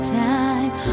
time